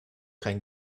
kein